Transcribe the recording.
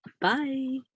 Bye